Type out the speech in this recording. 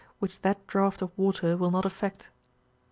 which that draught of water will not affect.